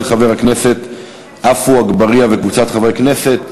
של חבר הכנסת עפו אגבאריה וקבוצת חברי הכנסת.